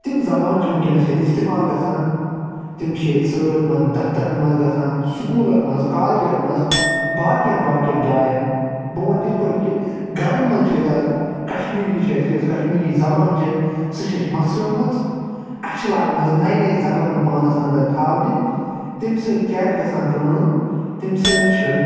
تِم زبانہٕ چھِ وٕنکٮ۪نس ییٚتہِ استعمال گژھان تِم چھ ییٚتہِ سٲلِمن دفترن منٛز گژھان سکوٗلن منٛز کالجن منٛز باقٮ۪ن باقٮ۪ن جاٮ۪ن بہٕ ؤنہِ یِتھ پٲٹھۍ کہِ گرن منٛز چھُ اسہِ آزٕ کشمیٖری چھُ اسہِ یۄس کشمیٖری زبان چھِ سُہ چھِ اسہِ مشرٲومٕژ اسہِ چھِ لاجمژٕ نٔے نٔے زبانہِ پانس اندر تھاو نہِ تمِ سۭتۍ کیٚاہ چھُ گژھان کٲم تمہِ سۭتۍ چھُ